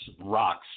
rock's